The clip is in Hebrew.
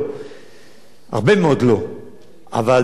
אבל ב-2018, כל המועצות האזוריות יהיו באותו יום.